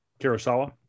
Kurosawa